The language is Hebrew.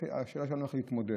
השאלה שלנו היא איך להתמודד.